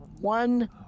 one